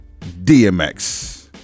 DMX